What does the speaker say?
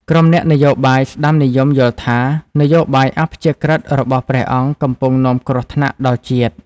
ក្រុមអ្នកនយោបាយស្តាំនិយមយល់ថា នយោបាយអព្យាក្រឹតរបស់ព្រះអង្គកំពុងនាំគ្រោះថ្នាក់ដល់ជាតិ។